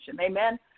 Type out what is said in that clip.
Amen